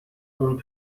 اون